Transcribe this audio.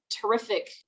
terrific